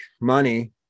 money